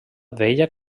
vella